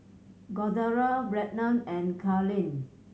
Cordaro Brennan and Carleen